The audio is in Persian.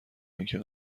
اینکه